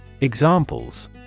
Examples